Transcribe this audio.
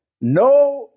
No